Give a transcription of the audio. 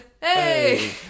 hey